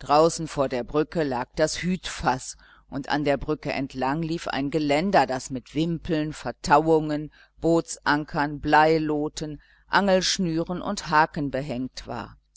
draußen vor der brücke lag das hütfaß und an der brücke entlang lief ein geländer das mit wimpeln vertauungen bootsankern bleiloten angelschnüren und haken behängt war